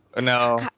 No